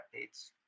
updates